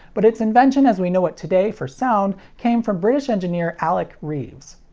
but its invention as we know it today for sound came from british engineer alec reeves.